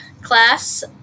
class